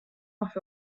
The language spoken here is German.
nach